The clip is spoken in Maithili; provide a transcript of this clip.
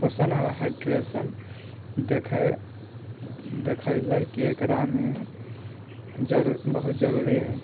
पोषण आओर हाइड्रेशन देखै देखैलै कि एकरामे बहुत जरुरी हैय